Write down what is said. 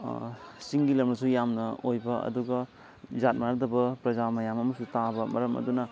ꯆꯤꯡꯒꯤ ꯂꯝꯅꯁꯨ ꯌꯥꯝꯅ ꯑꯣꯏꯕ ꯑꯗꯨꯒ ꯖꯥꯠ ꯃꯥꯟꯅꯗꯕ ꯄ꯭ꯔꯖꯥ ꯃꯌꯥꯝ ꯑꯃꯁꯨ ꯇꯥꯕ ꯃꯔꯝ ꯑꯗꯨꯅ